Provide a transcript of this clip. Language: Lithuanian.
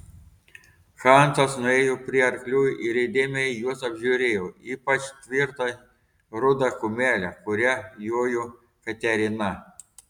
hansas nuėjo prie arklių ir įdėmiai juos apžiūrėjo ypač tvirtą rudą kumelę kuria jojo katerina